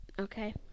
okay